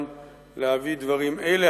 גם להביא דברים אלה,